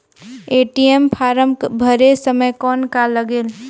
ATM form भरे समय कौन का लगेल?